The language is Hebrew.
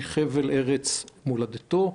שהוא חבל ארץ מולדתו.